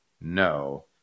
no